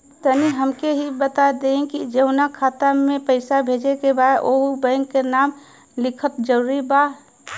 तनि हमके ई बता देही की जऊना खाता मे पैसा भेजे के बा ओहुँ बैंक के नाम लिखल जरूरी बा?